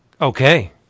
Okay